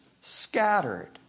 scattered